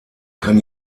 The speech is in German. kann